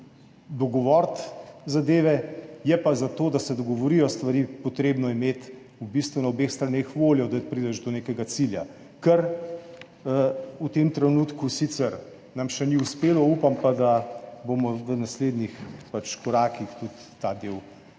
dogovoriti zadeve. Je pa za to, da se dogovorijo stvari, potrebno imeti v bistvu na obeh straneh voljo, da prideš do nekega cilja, kar nam v tem trenutku sicer še ni uspelo, upam pa, da bomo v naslednjih korakih tudi ta del